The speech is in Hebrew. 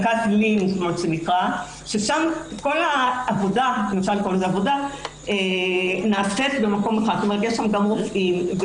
ששם כל העבודה נעשית במקום אחד גם רופאים,